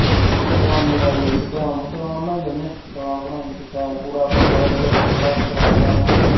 हां जी फ्ही दकानै बारी आई ते दकान दकान बनाई लैन्ने आं दकान बनाई शैल पूरा अपने जगह जगूह् थोह्ड़ा कराई दकान